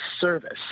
service